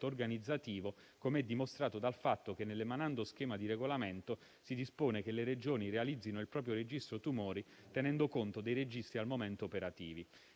organizzativo, come dimostrato dal fatto che, nell'emanando schema di regolamento, si dispone che le Regioni realizzino il proprio registro tumori, tenendo conto dei registri al momento operativi.